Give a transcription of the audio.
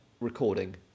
recording